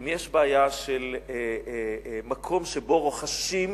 אם יש בעיה של מקום שבו רוחשת